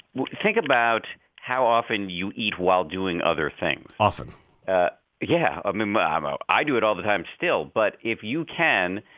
think about how often you eat while doing other things. ah yeah um um um ah i do it all the time still, but if you can